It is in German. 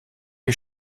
ich